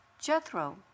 Jethro